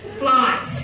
flight